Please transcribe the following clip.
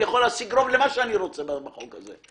אני יכול להשיג רוב למה שאני רוצה בחוק הזה,